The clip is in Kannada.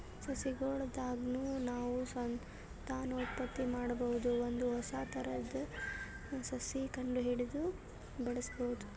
ಸಸಿಗೊಳ್ ದಾಗ್ನು ನಾವ್ ಸಂತಾನೋತ್ಪತ್ತಿ ಮಾಡಬಹುದ್ ಒಂದ್ ಹೊಸ ಥರದ್ ಸಸಿ ಕಂಡಹಿಡದು ಬೆಳ್ಸಬಹುದ್